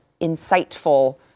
insightful